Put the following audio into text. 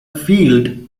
field